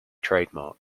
trademark